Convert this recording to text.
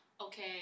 okay